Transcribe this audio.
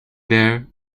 there